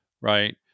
right